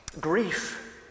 Grief